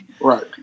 Right